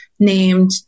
named